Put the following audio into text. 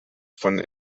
von